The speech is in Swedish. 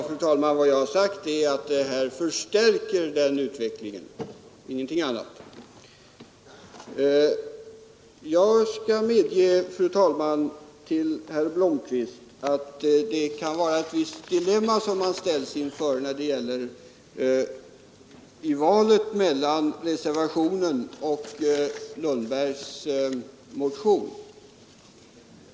Fru talman! Vad jag har sagt är att söndagsöppet förstärker den utvecklingen, ingenting annat. Jag skall medge, herr Blomkvist, att det kan vara ett visst dilemma man ställs inför i valet mellan reservationen och herr Lundbergs motion.